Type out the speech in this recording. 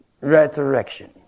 resurrection